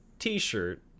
t-shirt